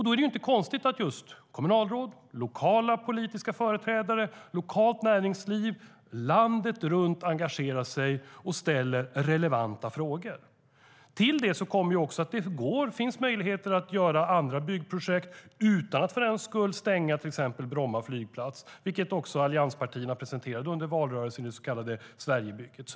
Då är det inte konstigt att kommunalråd, lokala politiska företrädare och lokalt näringsliv landet runt engagerar sig och ställer relevanta frågor. Till det kommer att det finns möjligheter att göra andra byggprojekt utan att för den skull stänga till exempel Bromma flygplats, som allianspartierna presenterade under valrörelsen i det så kallade Sverigebygget.